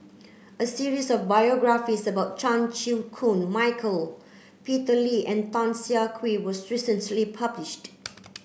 a series of biographies about Chan Chew Koon Michael Peter Lee and Tan Siah Kwee was recently published